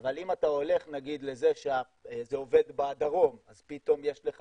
אבל אם אתה הולך נגיד לזה שזה עובד בדרום אז פתאום יש לך